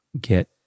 get